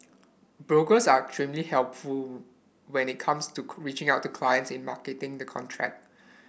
brokers are extremely helpful when it comes to reaching out to clients in marketing the contract